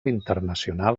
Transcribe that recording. internacional